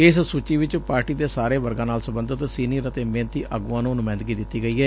ਇਸ ਸੁਚੀ ਵਿੱਚ ਪਾਰਟੀ ਦੇ ਸਾਰੇ ਵਰਗਾਂ ਨਾਲ ਸਬੰਧਤ ਸੀਨੀਅਰ ਅਤੇ ਮਿਹਨਤੀ ਆਗੂਆਂ ਨੂੰ ਨੁਮਾਇੰਦਗੀ ਦਿੱਤੀ ਗਈ ਏ